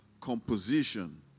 composition